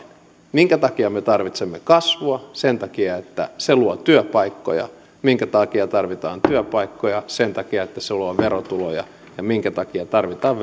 minkä takia me tarvitsemme kasvua sen takia että se luo työpaikkoja minkä takia tarvitaan työpaikkoja sen takia että ne luovat verotuloja ja minkä takia tarvitaan